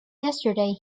yesterday